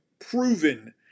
proven